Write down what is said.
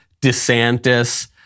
DeSantis